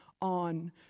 on